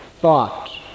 thought